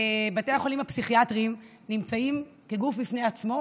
בתי החולים הפסיכיאטריים נמצאים כגוף בפני עצמו,